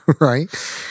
Right